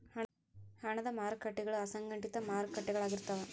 ಹಣದ ಮಾರಕಟ್ಟಿಗಳ ಅಸಂಘಟಿತ ಮಾರಕಟ್ಟಿಗಳಾಗಿರ್ತಾವ